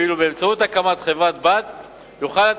ואילו באמצעות הקמת חברה-בת יוכל אותו